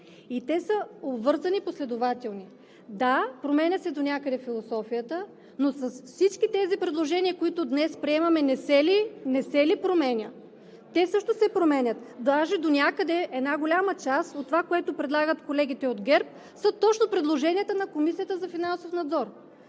и те са обвързани последователно. Да, променя се донякъде философията, но с всички тези предложения, които днес приемаме, не се ли променя?! Те също се променят, даже донякъде голяма част от това, което предлагат колегите от ГЕРБ, са точно предложенията на Комисията за финансов надзор.